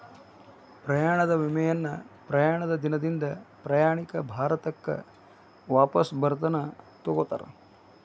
ಪ್ರಯಾಣದ ವಿಮೆಯನ್ನ ಪ್ರಯಾಣದ ದಿನದಿಂದ ಪ್ರಯಾಣಿಕ ಭಾರತಕ್ಕ ವಾಪಸ್ ಬರತನ ತೊಗೋತಾರ